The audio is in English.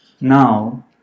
Now